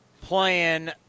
playing